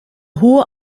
hohe